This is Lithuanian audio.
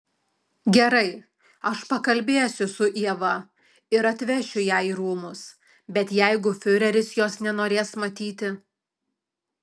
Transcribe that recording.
gerai aš pakalbėsiu su ieva ir atvešiu ją į rūmus bet jeigu fiureris jos nenorės matyti